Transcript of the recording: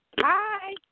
Hi